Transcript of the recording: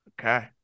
Okay